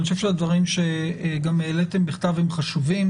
אני חושב שגם הדברים שהעליתם בכתב הם חשובים.